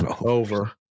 Over